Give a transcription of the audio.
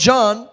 John